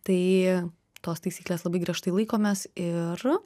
tai tos taisyklės labai griežtai laikomės ir